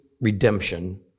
redemption